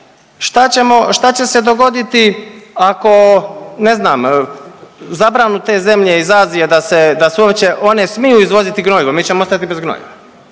šta će se dogoditi ako ne znam, zabranu te zemlje iz Azije da se, da se oće, one smiju izvoziti gnojivo, mi ćemo ostati bez gnojiva.